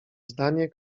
zdanie